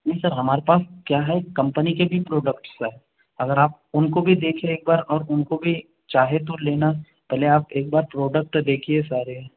जी sir हमारे पास क्या है कंपनी के भी प्रोडक्ट हैं सर अगर आप उनको भी देखें एक बार उनको भी चाहें तो लेना पहले आप एक बार प्रोडक्ट तो देखिये सारे